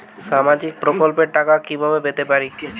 সামাজিক প্রকল্পের টাকা কিভাবে পেতে পারি?